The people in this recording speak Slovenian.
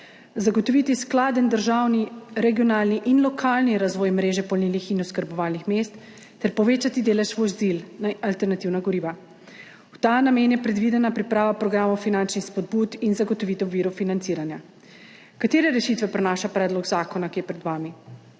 zagotoviti skladen državni, regionalni in lokalni razvoj mreže polnilnih in oskrbovalnih mest ter povečati delež vozil na alternativna goriva. V ta namen je predvidena priprava programov finančnih spodbud in zagotovitev virov financiranja. Katere rešitve prinaša predlog zakona, ki je pred vami?